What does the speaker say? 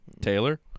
Taylor